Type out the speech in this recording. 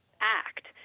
act